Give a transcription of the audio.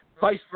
vice